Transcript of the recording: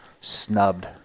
snubbed